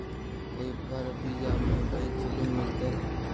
कोई परबिया में बैंक से लोन मिलतय?